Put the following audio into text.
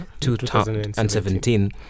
2017